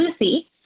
Lucy